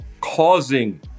causing